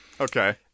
Okay